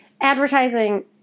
Advertising